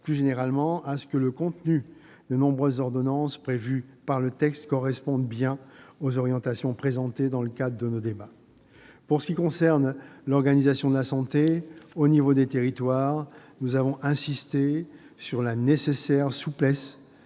nous veillerons à ce que le contenu des nombreuses ordonnances prévues par le texte corresponde bien aux orientations présentées dans le cadre de nos débats. Pour ce qui concerne l'organisation de la santé au sein des territoires, nous avons insisté sur la nécessaire souplesse